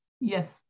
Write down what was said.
Yes